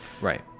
right